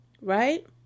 right